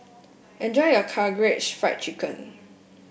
enjoy your Karaage Fried Chicken